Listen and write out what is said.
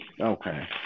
Okay